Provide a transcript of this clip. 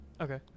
Okay